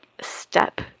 step